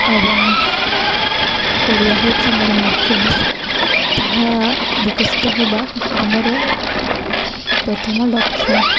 ଏବଂ ଓଡ଼ିଆ ହେଉଛି ଆମର ମାତୃଭାଷା ତାହା ବିକଶିତ ହେବା ଆମର ପ୍ରଥମ ଲକ୍ଷ୍ୟ